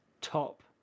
top